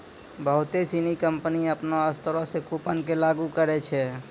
बहुते सिनी कंपनी अपनो स्तरो से कूपन के लागू करै छै